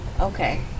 Okay